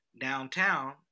downtown